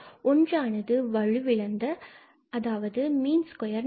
ஒன்றானது வலுவிழந்த ஒன்று அதாவது மீன் ஸ்கொயர் நிலை